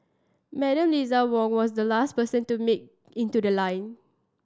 Madam Eliza Wong was the last person to make in to the line